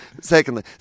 Secondly